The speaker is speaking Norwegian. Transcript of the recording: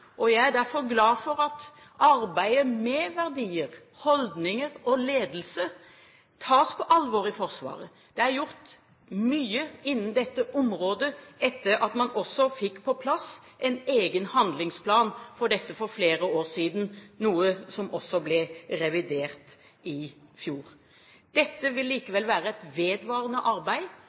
Jeg er derfor glad for at arbeidet med verdier, holdninger og ledelse tas på alvor i Forsvaret. Det er gjort mye innen dette området etter at man også fikk på plass en egen handlingsplan for dette for flere år siden, noe som også ble revidert i fjor. Dette vil likevel være et vedvarende arbeid,